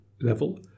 level